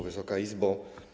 Wysoka Izbo!